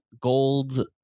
gold